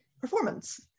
performance